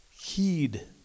Heed